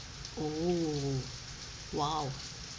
oh !wow!